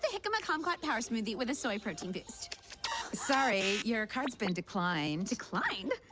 jicama calm kott power smoothie with a soy protein do sorry your cards been declined declined,